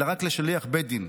אלא רק לשליח בית דין,